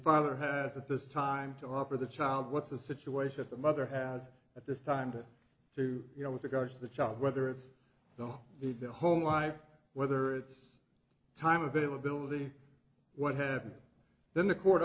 father has at this time to offer the child what's the situation the mother has at this time to to you know with regards to the child whether it's don't need the home life whether it's time a bit of ability what happens then the court